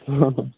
ହଁ ହଁ